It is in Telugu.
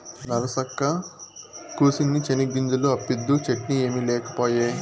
నరసక్కా, కూసిన్ని చెనిగ్గింజలు అప్పిద్దూ, చట్నీ ఏమి లేకపాయే